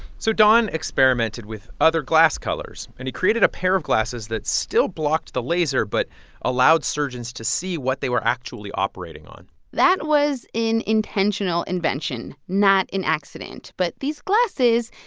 so don experimented with other glass colors, and he created a pair of glasses that still blocked the laser but allowed surgeons to see what they were actually operating on that was an intentional invention not an accident. but these glasses,